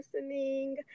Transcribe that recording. listening